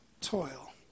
toil